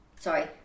Sorry